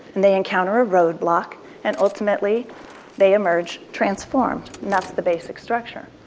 and they encounter a roadblock and ultimately they emerge, transform, and that's the basic structure.